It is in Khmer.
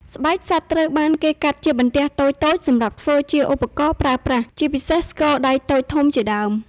ស្បែកសត្វត្រូវបានគេកាត់ជាបន្ទះតូចៗសម្រាប់ធ្វើជាឧបករណ៍ប្រើប្រាស់ ជាពិសេស ស្គរដៃតូចធំជាដើម។